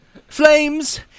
Flames